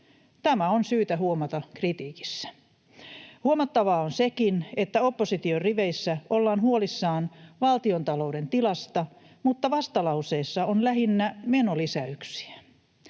Tämä on syytä huomata kritiikissä. Huomattavaa on sekin, että opposition riveissä ollaan huolissaan valtiontalouden tilasta, mutta vastalauseissa on lähinnä menolisäyksiä.